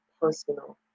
personal